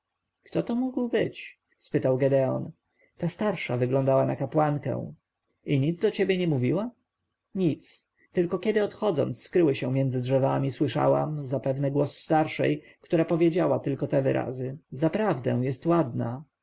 kto to mógł być spytał gedeon ta starsza wyglądała na kapłankę i nic do ciebie nie mówiła nic tylko kiedy odchodząc skryły się za drzewami słyszałam zapewne głos starszej która powiedziała tylko te wyrazy zaprawdę jest ładna